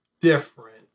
different